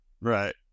Right